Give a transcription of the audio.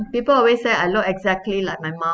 people always say I look exactly like my mum